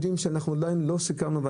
עדיין לא סיכמנו.